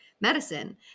medicine